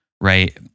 right